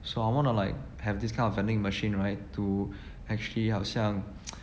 so I wanna like have this kind of vending machine right to actually 好像